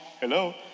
Hello